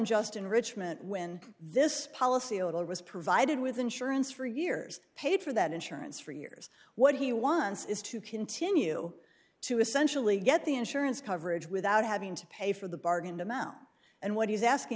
unjust enrichment when this policy a little risk provided with insurance for years paid for that insurance for years what he wants is to continue to essentially get the insurance coverage without having to pay for the bargain amount and what he's asking